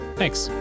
Thanks